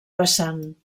vessant